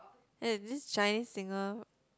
eh this Chinese singer